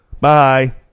Bye